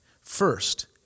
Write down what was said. first